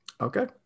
Okay